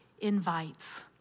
invites